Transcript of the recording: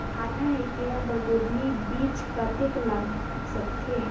आधा हेक्टेयर बर गोंदली बीच कतेक लाग सकथे?